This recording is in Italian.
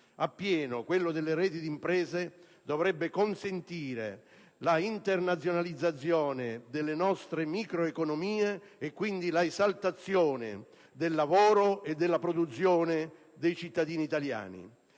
se realizzato appieno, dovrebbe consentire l'internazionalizzazione delle nostre microeconomie e, quindi, l'esaltazione del lavoro e della produzione dei cittadini italiani.